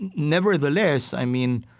nevertheless, i mean,